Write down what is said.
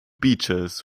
beaches